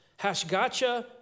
Hashgacha